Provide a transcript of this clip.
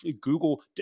Google